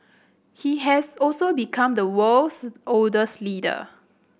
he has also become the world's oldest leader